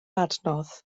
adnodd